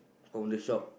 from the shop